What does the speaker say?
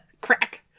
Crack